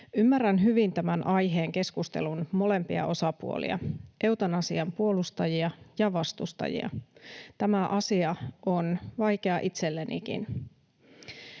Ymmärrän hyvin tämän aiheen keskustelun molempia osapuolia: eutanasian puolustajia ja vastustajia. Tämä asia on vaikea itsellenikin.